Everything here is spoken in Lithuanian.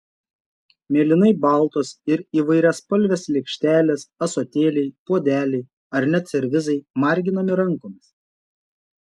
mėlynai baltos ir įvairiaspalvės lėkštelės ąsotėliai puodeliai ar net servizai marginami rankomis